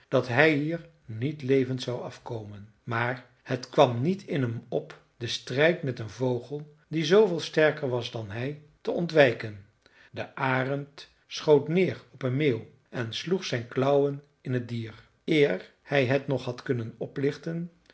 dat hij hier niet levend zou afkomen maar het kwam niet in hem op den strijd met een vogel die zooveel sterker was dan hij te ontwijken de arend schoot neer op een meeuw en sloeg zijn klauwen in het dier eer hij het nog had kunnen oplichten